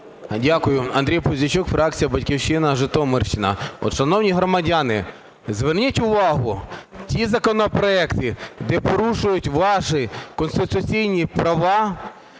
Дякую. Андрій Пузійчук, фракція "Батьківщина", Житомирщина. Шановні громадяни, зверніть увагу, ті законопроекти, де порушують ваші конституційні права,